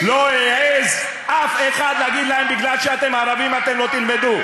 לא העז אף אחד להגיד להם: מפני שאתם ערבים אתם לא תלמדו.